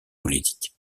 politiques